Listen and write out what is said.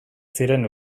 ziren